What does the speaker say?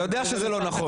אתה יודע שזה לא נכון,